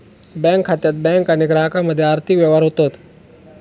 bank खात्यात bank आणि ग्राहकामध्ये आर्थिक व्यवहार होतत